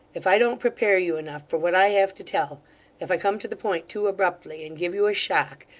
if i don't prepare you enough for what i have to tell if i come to the point too abruptly and give you a shock,